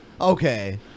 Okay